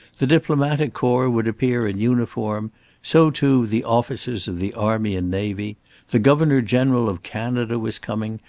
the diplomatic corps would appear in uniform so, too, the officers of the army and navy the governor-general of canada was coming,